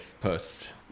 post